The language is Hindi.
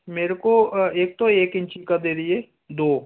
मुझे एक तो एक इंची का दे दीजिए दो